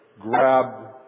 grab